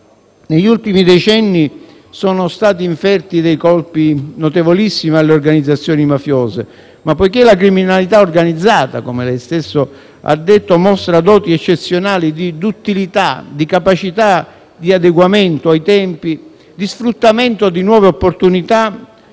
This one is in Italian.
negli ultimi decenni sono stati inferti colpi notevolissimi alle organizzazioni mafiose, ma poiché la criminalità organizzata - come ha detto lei stesso, signor Ministro - mostra doti eccezionali di duttilità, di capacità di adeguamento ai tempi e di sfruttamento di nuove opportunità,